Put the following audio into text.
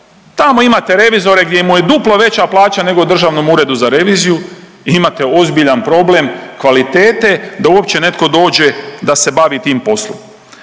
tamo imate revizore gdje mu je duplo veća plaća nego Državnom uredu za reviziju i imate ozbiljan problem kvalitete da uopće netko dođe da se bavi tim poslom.